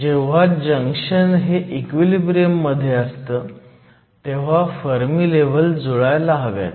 जेव्हा जंक्शन हे इक्विलिब्रियम मध्ये असतं तेव्हा फर्मी लेव्हल जुळायला हव्यात